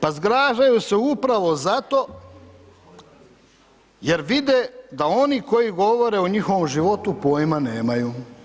Pa zgražaju se upravo zato jer vide da oni koji govore o njihovom životu, pojma nemaju.